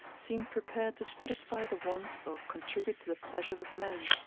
seemed prepared to satisfy the wants or contribute to the pleasures of man.